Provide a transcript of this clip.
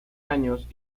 años